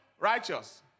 righteous